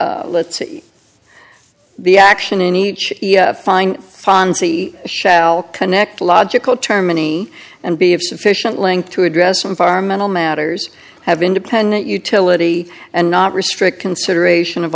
o let's see the action in each fine fonzie shall connect logical term many and be of sufficient length to address environmental matters have independent utility and not restrict consideration of